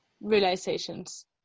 realizations